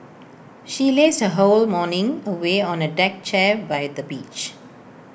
she lazed her whole morning away on A deck chair by the beach